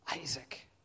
Isaac